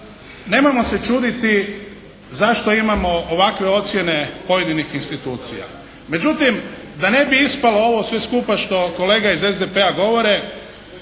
nemojmo se čuditi zašto imamo ovakve ocjene pojedinih institucija, međutim da ne bi ispalo ovo sve skupa što kolega iz SDP-a govore